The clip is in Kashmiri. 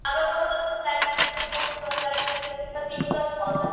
اگر ٹوٹلَس منٛز تَتِکۍ وُچھو ہوٹل وغیٚرہ یہِ گَژھِ تھٔٹی پٕلَس تھاوزَنٛٹ